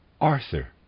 Arthur